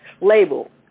label